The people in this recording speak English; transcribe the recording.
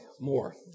more